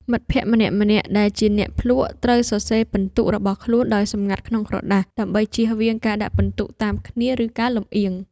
មិត្តភក្តិម្នាក់ៗដែលជាអ្នកភ្លក្ស ត្រូវសរសេរពិន្ទុរបស់ខ្លួនដោយសម្ងាត់ក្នុងក្រដាស ដើម្បីចៀសវាងការដាក់ពិន្ទុតាមគ្នា ឬការលម្អៀង។